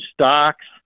stocks